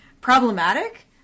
problematic